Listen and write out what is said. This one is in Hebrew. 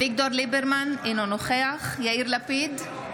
אביגדור ליברמן, אינו נוכח יאיר לפיד,